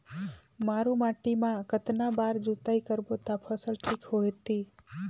मारू माटी ला कतना बार जुताई करबो ता फसल ठीक होती?